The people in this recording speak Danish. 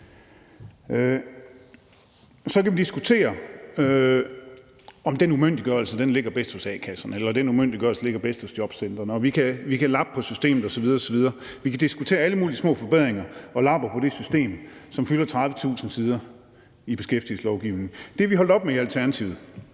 Så kan vi diskutere, om den umyndiggørelse ligger bedst hos a-kasserne, eller om den umyndiggørelse ligger bedst hos jobcentrene; vi kan lappe på systemet osv. osv., og vi kan diskutere alle mulige små forbedringer og lapper på det system, som fylder 30.000 sider i beskæftigelseslovgivningen. Det er vi holdt op med i Alternativet.